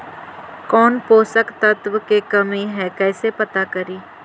कौन पोषक तत्ब के कमी है कैसे पता करि?